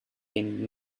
been